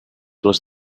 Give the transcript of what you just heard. was